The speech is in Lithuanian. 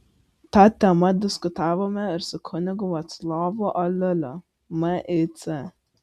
ta tema diskutavome ir su kunigu vaclovu aliuliu mic